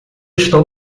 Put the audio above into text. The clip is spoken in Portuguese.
estou